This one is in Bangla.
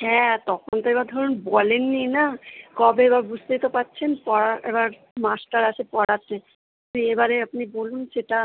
হ্যাঁ তখন তো এবার ধরুন বলেননি না কবে বা বুঝতেই তো পারছেন পড়ার এবার মাস্টার আসে পড়াতে এবারে আপনি বলুন যেটা